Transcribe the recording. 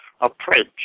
approach